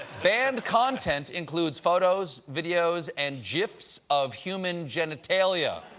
banned content includes photos, videos, and gifs of human genitalia,